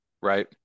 Right